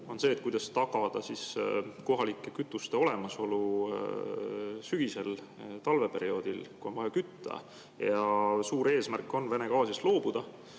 on see, kuidas tagada kohalike kütuste olemasolu sügisel ja talveperioodil, kui on vaja kütta. Suur eesmärk on Vene gaasist loobuda,